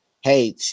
hey